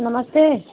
नमस्ते